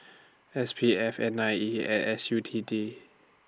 S P F N I E and S U T D